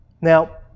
Now